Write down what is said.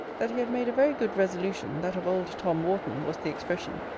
that he had made a very good resolution, that of old tom wharton, was the expression,